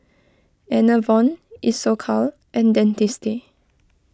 Enervon Isocal and Dentiste